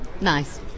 Nice